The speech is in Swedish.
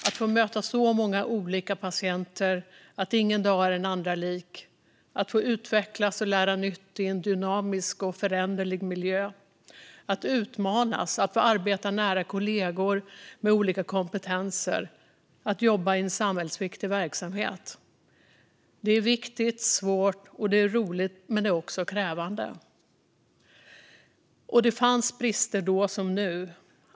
Att få möta så många olika patienter, att uppleva att ingen dag är den andra lik, att få utvecklas och lära nytt i en dynamisk och föränderlig miljö, att utmanas, att få arbeta nära kollegor med olika kompetenser och att få jobba i en samhällsviktig verksamhet är viktigt, svårt, roligt och krävande. Det fanns brister då som nu.